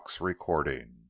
recording